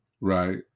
right